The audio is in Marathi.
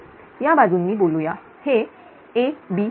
या बाजूंनी बोलूया हे ABC